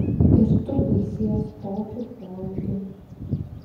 ir tu baisies tokiu poelgiu